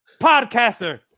podcaster